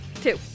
Two